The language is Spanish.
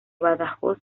badajoz